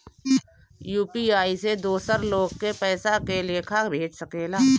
UPI से दोसर लोग के पइसा के लेखा भेज सकेला?